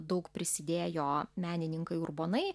daug prisidėjo menininkai urbonai